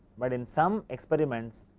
but in some experiments